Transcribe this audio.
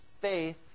faith